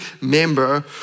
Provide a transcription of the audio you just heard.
member